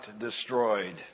destroyed